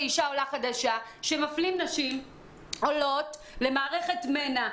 אישה עולה חדשה נשים עולות למערכת מנ"ע?